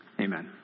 Amen